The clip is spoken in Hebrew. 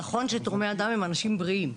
נכון שתורמי הדם הם אנשים בריאים.